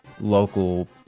local